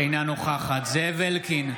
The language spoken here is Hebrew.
אינה נוכחת זאב אלקין,